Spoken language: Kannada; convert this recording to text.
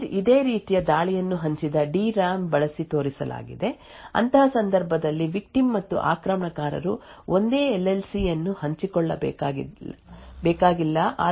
ತೀರಾ ಇತ್ತೀಚಿಗೆ ಇದೇ ರೀತಿಯ ದಾಳಿಯನ್ನು ಹಂಚಿದ ಡಿ ಆರ್ ಏ ಎಂ ಬಳಸಿ ತೋರಿಸಲಾಗಿದೆ ಅಂತಹ ಸಂದರ್ಭದಲ್ಲಿ ವಿಕ್ಟಿಮ್ ಮತ್ತು ಆಕ್ರಮಣಕಾರರು ಒಂದೇ ಎಲ್ ಎಲ್ ಸಿ ಅನ್ನು ಹಂಚಿಕೊಳ್ಳಬೇಕಾಗಿಲ್ಲ ಆದರೆ ಸಾಮಾನ್ಯ ಡಿ ಆರ್ ಏ ಎಂ ಅನ್ನು ಹಂಚಿಕೊಳ್ಳಬೇಕಾಗುತ್ತದೆ